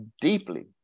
deeply